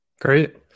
Great